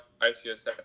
ICSF